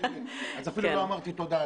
אפילו לא אמרתי תודה.